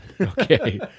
Okay